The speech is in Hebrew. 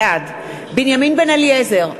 בעד בנימין בן-אליעזר,